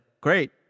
great